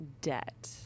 debt